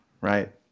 right